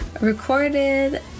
recorded